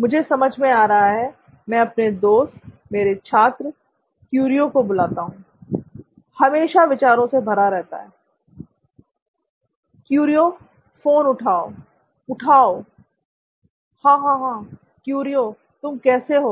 मुझे समझ में आ गया मैं अपने दोस्त मेरे छात्र क्युरिओ को बुलाता हूं हमेशा विचारों से भरा रहता है क्युरिओ फोन उठाओ उठाओ हां हां क्युरिओ तुम कैसे हो